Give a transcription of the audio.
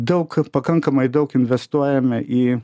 daug pakankamai daug investuojame į